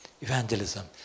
evangelism